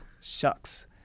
shucks